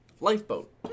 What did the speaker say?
Lifeboat